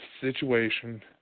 situation